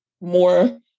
more